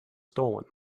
stolen